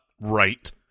Right